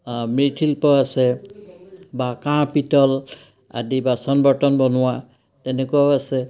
মৃৎশিল্পও আছে বা কাঁহ পিতল আদি বাচন বৰ্তন বনোৱা তেনেকুৱাও আছে